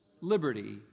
liberty